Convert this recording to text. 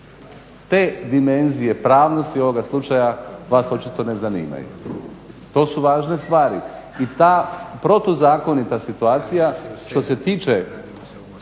Te dimenzije pravnosti ovoga slučaja vas očito ne zanimaju. To su važne stvari. I ta protuzakonita situacija što se tiče